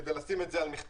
כדי לשים את זה על מכתבים?